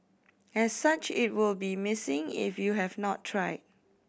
as such it will be a missing if you have not tried